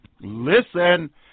listen